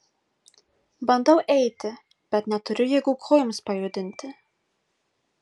bandau eiti bet neturiu jėgų kojoms pajudinti